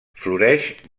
floreix